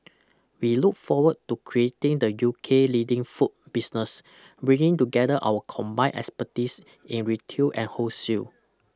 we look forward to creating the U K leading food business bringing together our combined expertise in retail and wholesale